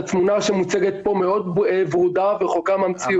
התמונה שמוצגת פה מאוד ורודה ורחוקה מהמציאות.